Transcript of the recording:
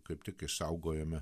kaip tik išsaugojome